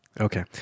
Okay